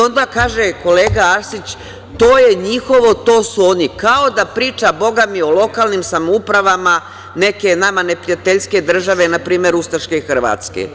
Onda kaže kolega Arsić – to je njihovo, to su oni, kao da priča, bogami, o lokalnim samoupravama neke nama neprijateljske države, npr. ustaške Hrvatske.